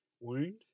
wound